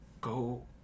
go